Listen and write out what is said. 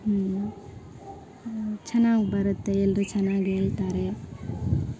ಹ್ಞೂ ಚೆನ್ನಾಗ್ ಬರುತ್ತೆ ಎಲ್ಲರೂ ಚೆನ್ನಾಗ್ ಹೇಳ್ತಾರೆ